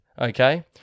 Okay